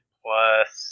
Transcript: plus